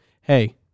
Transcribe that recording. hey